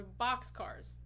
boxcars